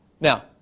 Now